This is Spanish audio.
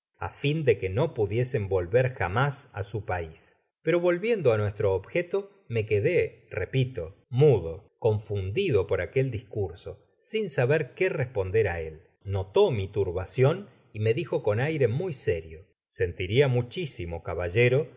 á fin de que no pn diesen volver jamás á su pais pero volviendo á nuestro objeto me quedé repito mudo confundido por aquel discurso sin saber qué responder áél notó mi turbacion y me dijo con aire muy serio sentiria muchisimo caballero